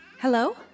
Hello